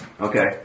Okay